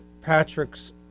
Patrick's